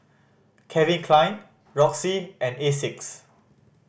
Calvin Klein Roxy and Asics